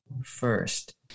First